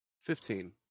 Fifteen